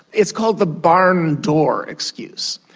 it's called the barn door excuse.